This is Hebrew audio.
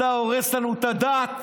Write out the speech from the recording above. ואתה הורס לנו את הדת.